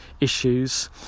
issues